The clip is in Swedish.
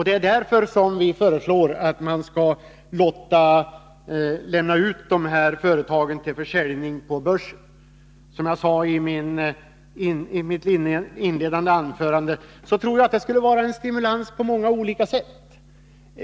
Det är därför som vi föreslår att man skall låta lämna ut företagen till försäljning på börsen. Som jag sade i mitt inledande anförande, tror jag att detta skulle vara en stimulans på många sätt.